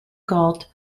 galt